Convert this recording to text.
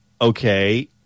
okay